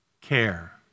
care